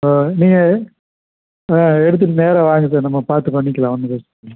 ஆ நீங்கள் ஆ எடுத்துகிட்டு நேராக வாங்க சார் நம்ம பார்த்து பண்ணிக்கலாம் ஒன்றும் பிரச்சனை இல்லை